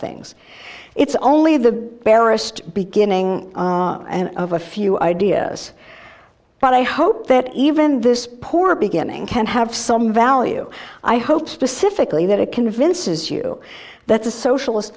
things it's only the barest beginning and of a few ideas but i hope that even this poor beginning can have some value i hope specifically that it convinces you that the socialist